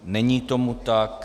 Není tomu tak.